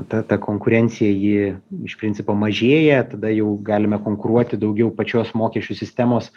ta ta konkurencija ji iš principo mažėja tada jau galime konkuruoti daugiau pačios mokesčių sistemos